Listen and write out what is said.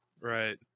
right